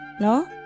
No